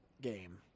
game